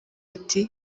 ati